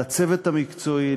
לצוות המקצועי,